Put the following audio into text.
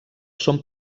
són